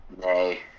Nay